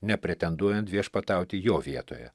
nepretenduojant viešpatauti jo vietoje